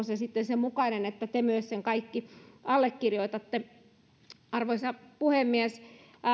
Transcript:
se sitten sen mukainen että te kaikki sen myös allekirjoitatte arvoisa puhemies